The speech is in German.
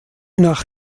nach